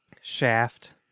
Shaft